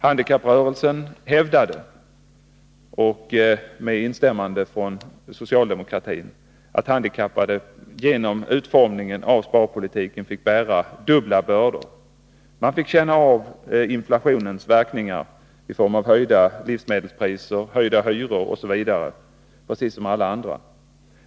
Handikapprörelsen hävdade med instämmande från socialdemokratin att handikappade genom utformningen av sparpolitiken fick bära dubbla bördor. Man fick känna av inflationens verkningar i form av höjda livsmedelspriser, höjda hyror osv. precis som alla andra.